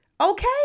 Okay